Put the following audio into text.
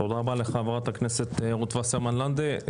תודה רבה לחברת הכנסת, רות וסרמן לנדה.